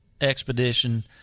expedition –